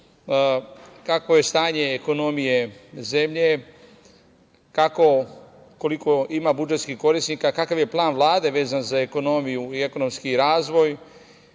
kakvo je stanje ekonomije zemlje, kako i koliko ima budžetskih korisnika, kakav je plan Vlade vezan za ekonomiju i ekonomski razvoj,